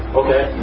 okay